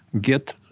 get